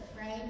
right